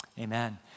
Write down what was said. amen